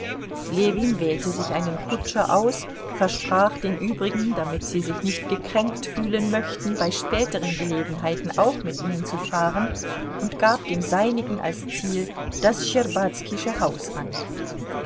ljewin wählte sich einen kutscher aus versprach den übrigen damit sie sich nicht gekränkt fühlen möchten bei späteren gelegenheiten auch mit ihnen zu fahren und gab dem seinigen als ziel das schtscherbazkische haus an